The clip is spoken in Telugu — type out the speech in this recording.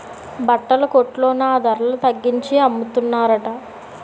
బట్టల కొట్లో నా ధరల తగ్గించి అమ్మతన్రట